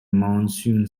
monsoon